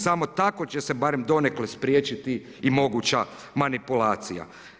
Samo tako će se barem donekle spriječiti i moguća manipulacija.